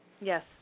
Yes